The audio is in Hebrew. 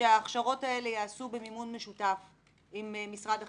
שההכשרות האלה ייעשו במימון משותף עם משרד החינוך.